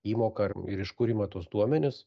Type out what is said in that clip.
įmoką ir ir iš kur ima tuos duomenis